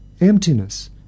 emptiness